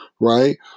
right